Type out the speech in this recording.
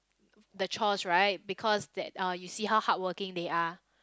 the chores right because that uh you see how hard working they are